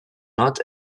not